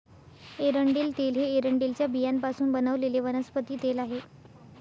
एरंडेल तेल हे एरंडेलच्या बियांपासून बनवलेले वनस्पती तेल आहे